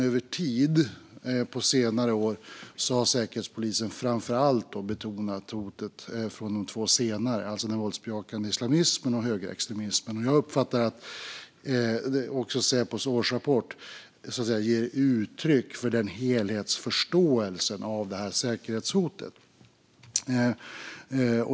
Över tid, på senare år, har Säkerhetspolisen framför allt betonat hotet från de två senare, den våldsbejakande islamismen och högerextremismen. Jag uppfattar att Säpos årsrapport ger uttryck för den helhetsförståelsen av säkerhetshotet.